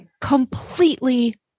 completely